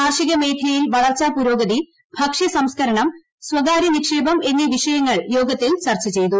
കാർഷിക മേഖലയിൽ വളർച്ചാ പുരോഗതി ഭക്ഷ്യ സംസ്ക്കരണം സ്വകാര്യ നിക്ഷേപം എന്നീ വിഷയങ്ങൾ യോഗത്തിൽ ചർച്ച ചെയ്തു